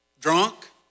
Drunk